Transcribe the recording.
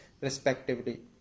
respectively